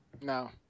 No